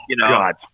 God